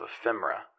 ephemera